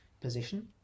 position